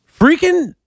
Freaking